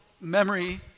memory